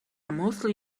mostly